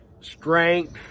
strength